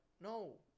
No